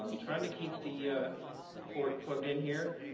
um trying to keep the ah port plugged in here.